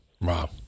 Wow